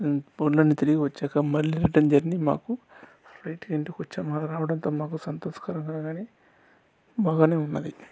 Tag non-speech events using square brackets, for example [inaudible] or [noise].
ఉండండి తిరిగి వచ్చాక మళ్లీ రిటన్ జర్నీ మాకు [unintelligible] ఇంటికి వచ్చాము అలా రావడంతో మాకు సంతోషకరంగానే బాగానే ఉన్నది